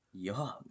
Yuck